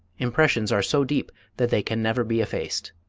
impressions are so deep that they can never be effaced.